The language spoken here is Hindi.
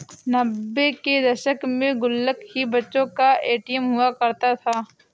नब्बे के दशक में गुल्लक ही बच्चों का ए.टी.एम हुआ करता था